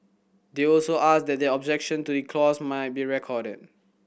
they also asked that their objection to the clause might be recorded